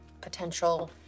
potential